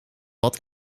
wat